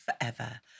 forever